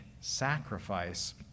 sacrifice